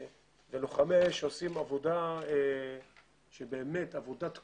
לוחמי האש עושים עבודה, באמת עבודת קודש.